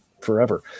forever